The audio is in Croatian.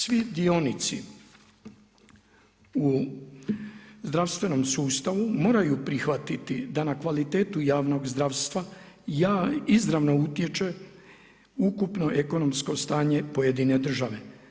Svi diionici u zdravstvenom sustavu moraju prihvatiti da na kvalitetu javnog zdravstva izravno utječe ukupno ekonomsko stanje pojedine države.